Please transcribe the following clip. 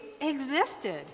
existed